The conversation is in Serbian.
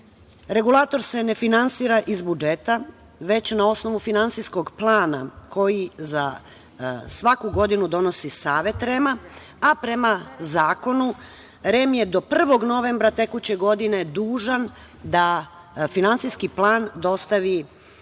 REM.Regulator se ne finansira iz budžeta, već na osnovu finansijskog plana koji za svaku godinu donosi Savet REM-a, a prema zakonu REM je do 1. novembra tekuće godine dužan da finansijski plan dostavi